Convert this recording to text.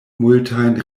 multajn